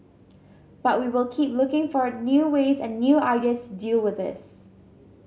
but we will keep looking for a new ways and new ideas deal with this